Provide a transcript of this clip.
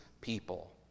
people